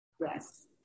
Yes